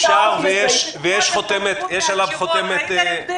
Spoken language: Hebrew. הדבר עכשיו אושר ויש עליו חותמת פרלמנטרית.